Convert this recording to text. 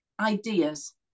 ideas